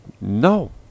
No